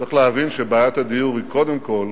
צריך להבין שבעיית הדיור היא קודם כול